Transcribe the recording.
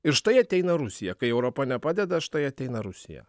ir štai ateina rusija kai europa nepadeda štai ateina rusija